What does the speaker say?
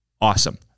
Awesome